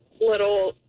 little